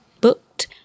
booked